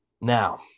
Now